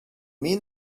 mean